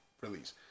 release